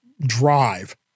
drive